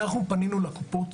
פנינו לקופות,